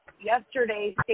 yesterday